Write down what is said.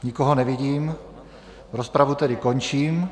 Nikoho nevidím, rozpravu tedy končím.